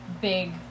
big